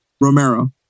Romero